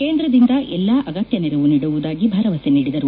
ಕೇಂದ್ರದಿಂದ ಎಲ್ಲಾ ಅಗತ್ಯ ನೆರವು ನೀಡುವುದಾಗಿ ಭರವಸೆ ನೀಡಿದರು